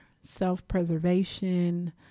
self-preservation